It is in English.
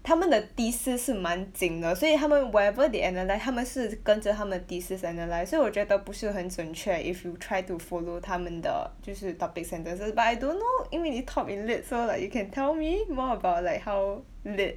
他们的 thesis 是蛮紧的所以他们 whatever they analyse 他们是 zh~ 跟着他们 thesis analyse 所以我觉得不是很准确 if you try to follow 他们的就是 topic sentences but I don't know 因为你 top elite so like you can tell me more about like how lit